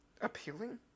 appealing